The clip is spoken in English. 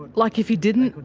but like if he didn't,